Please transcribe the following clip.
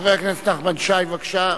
חבר הכנסת נחמן שי, בבקשה.